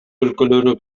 өлкөлөрү